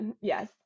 yes